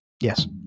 Yes